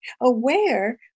aware